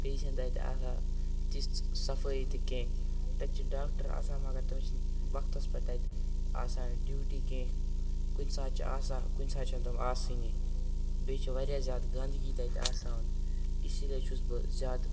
بیٚیہِ چھِنہٕ تَتہِ آسان تِژھ صفٲیی تہِ کینٛہہ تَتہِ چھِ ڈاکٹر آسان مگر تِم چھِنہٕ وَقتَس پٮ۪ٹھ تَتہِ آسان ڈیوٗٹی کینٛہہ کُنہِ ساتہٕ چھِ آسان کُنہِ ساتہٕ چھِنہٕ تِم آسٲنی بیٚیہِ چھِ واریاہ زیادٕ گَنٛدٕگی تَتہِ آسان اِسی لیے چھُس بہٕ زیادٕ